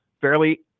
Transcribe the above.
fairly